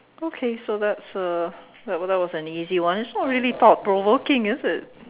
okay so that's uh that was that was an easy one it's not really thought provoking is it